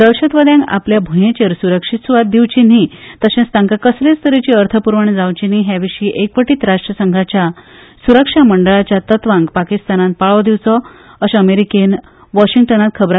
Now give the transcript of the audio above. दहशतवाद्यांक आपल्या भुयेंचेर सुरक्षीत सुवात दिवची न्ही तशेंच तांका कसलेच तरेची अर्थ पुरवण जावची न्ही हे विशी एकवटीत राष्ट्र संघाच्या सुरक्षा मंडळाच्या तत्वांक पाकिस्तानान पाळो दिवचो अशें अमेरीकेन पाकिस्तानाक परत सांगला